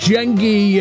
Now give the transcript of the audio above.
Jengi